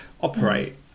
operate